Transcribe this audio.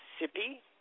Mississippi